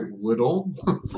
little